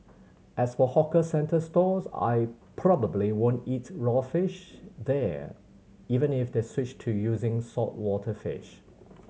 as for hawker centre stalls I probably won't eat raw fish there even if they switched to using saltwater fish